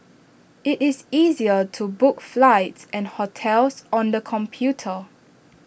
IT is easier to book flights and hotels on the computer